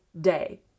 day